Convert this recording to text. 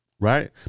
Right